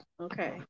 Okay